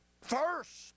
First